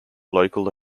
local